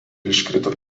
iškrito